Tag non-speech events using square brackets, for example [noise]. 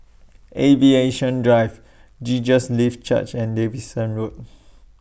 Aviation Drive Jesus Lives Church and Davidson Road [noise]